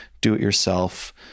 do-it-yourself